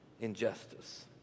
injustice